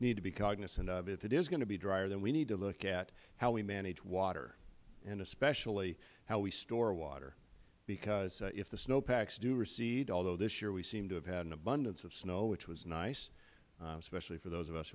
need to be cognizant of is that if it is going to be drier then we need to look at how we manage water and especially how we store water because if the snow packs do recede although this year we seem to have had an abundance of snow which was nice especially for those of us